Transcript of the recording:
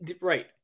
Right